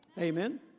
Amen